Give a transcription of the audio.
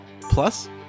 Plus